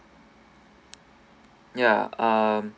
ya um